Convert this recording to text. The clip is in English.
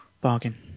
Bargain